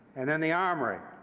and then the armory.